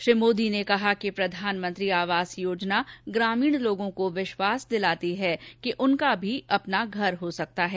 श्री मोदी ने कहा कि प्रधानमंत्री आवास योजना ग्रामीण लोगों को विश्वास दिलाती है कि उनका भी अपना घर हो सकता है